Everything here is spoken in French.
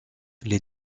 les